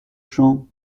champs